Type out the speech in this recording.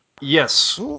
Yes